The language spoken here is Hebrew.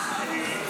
אתה לא תהיה.